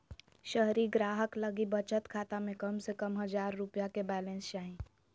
शहरी ग्राहक लगी बचत खाता में कम से कम हजार रुपया के बैलेंस चाही